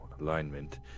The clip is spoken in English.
alignment